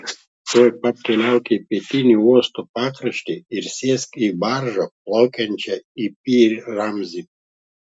tuoj pat keliauk į pietinį uosto pakraštį ir sėsk į baržą plaukiančią į pi ramzį